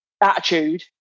attitude